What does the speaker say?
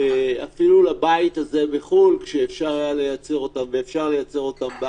אפילו לבית הזה, מחו"ל כשאפשר היה לייצר אותם בארץ